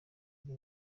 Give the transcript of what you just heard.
ari